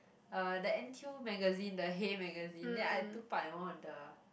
uh the N_T_U magazine the Hey magazine then I took part in one of the